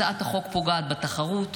הצעת החוק פוגעת בתחרות,